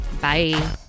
Bye